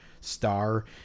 star